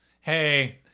hey